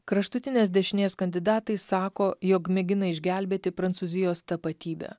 kraštutinės dešinės kandidatai sako jog mėgina išgelbėti prancūzijos tapatybę